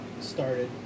started